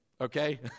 Okay